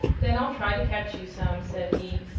then i'll try to catch you some, said he.